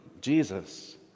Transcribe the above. Jesus